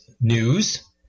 news